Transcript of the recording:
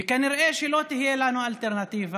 וכנראה שלא תהיה לנו אלטרנטיבה,